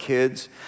kids